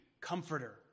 Comforter